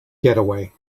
getaway